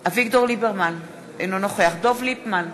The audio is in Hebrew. אביגדור ליברמן, אינו נוכח דב ליפמן,